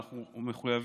אבל אנחנו מחויבים